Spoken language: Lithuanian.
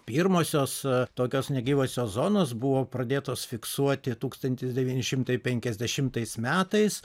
pirmosios tokios negyvosios zonos buvo pradėtos fiksuoti tūkstantis devyni šimtai penkiasdešimtais metais